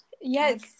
Yes